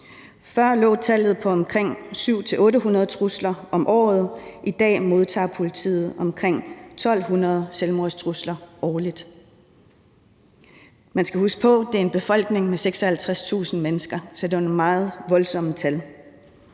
Før lå tallet på omkring 700-800 trusler om året, i dag modtager politiet omkring 1.200 selvmordstrusler årligt. Man skal huske på, at det er en befolkning med 56.000 mennesker, så det er nogle meget voldsomme tal.